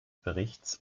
berichts